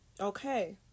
Okay